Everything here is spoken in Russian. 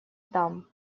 там